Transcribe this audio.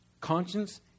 Conscience